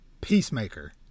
Peacemaker